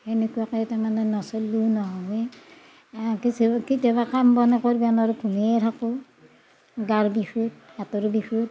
সেনেকুৱাকে তাৰমানে নচলিলেও নহয় কিছু কেতিয়াবা কাম বনে কৰিব নোৱাৰোঁ ঘুমিয়ে থাকোঁ গাৰ বিষত হাতৰ বিষত